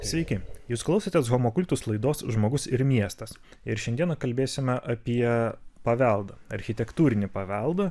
sveiki jūs klausotės homo kultus laidos žmogus ir miestas ir šiandieną kalbėsime apie paveldą architektūrinį paveldą